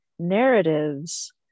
Narratives